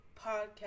podcast